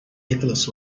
nicholas